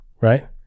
Right